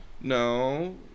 No